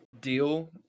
deal